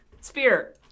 Spear